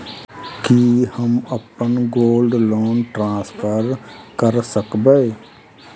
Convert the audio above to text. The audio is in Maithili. की हम अप्पन गोल्ड लोन ट्रान्सफर करऽ सकबै?